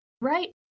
right